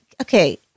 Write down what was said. Okay